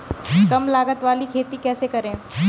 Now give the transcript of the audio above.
कम लागत वाली खेती कैसे करें?